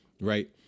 right